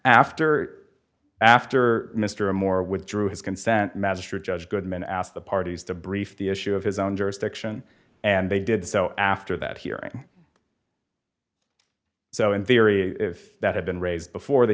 after after mr moore withdrew his consent magistrate judge goodman asked the parties to brief the issue of his own jurisdiction and they did so after that hearing so in theory if that had been raised before the